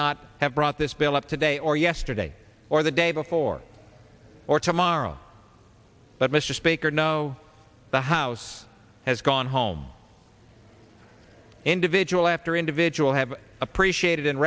not have brought this bill up today or yesterday or the day before or tomorrow but mr speaker know the house has gone home individual after individual have appreciated